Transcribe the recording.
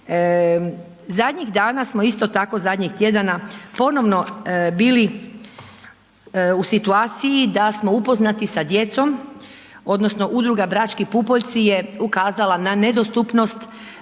Zadnjih dana smo isto tako, zadnjih tjedana ponovno bili u situaciji da smo upoznati sa djecom odnosno udruga „Brački pupoljci“ je ukazala na nedostupnost